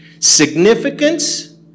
Significance